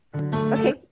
Okay